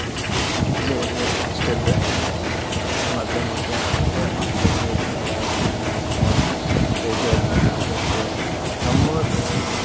ᱤᱭᱟᱹ ᱨᱮ ᱦᱚᱥᱴᱮᱞ ᱨᱮ ᱢᱟᱫᱽᱫᱷᱚᱢᱤᱠ ᱮᱢ ᱠᱟᱛᱮᱫ ᱢᱟᱫᱽᱫᱷᱚᱢᱤᱠ ᱟᱵᱟᱨ ᱛᱤᱱ ᱢᱟᱥ ᱯᱚᱨ ᱨᱮᱡᱟᱞᱴ ᱩᱸᱰᱩᱠ ᱮᱱᱛᱮ ᱱᱚᱢᱵᱚᱨ